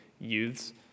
youths